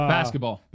Basketball